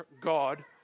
God